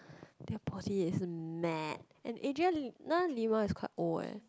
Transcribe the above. their body is mad and Adriana-Lima is quite old eh